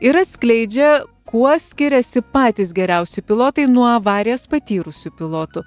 ir atskleidžia kuo skiriasi patys geriausi pilotai nuo avarijas patyrusių pilotų